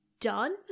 done